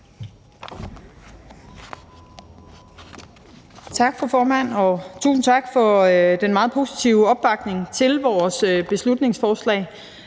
Tak, fru formand. Tusind tak for den meget positive opbakning til vores beslutningsforslag.